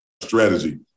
strategy